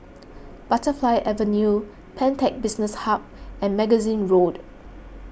Butterfly Avenue Pantech Business Hub and Magazine Road